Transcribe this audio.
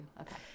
Okay